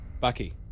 Bucky